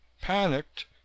Panicked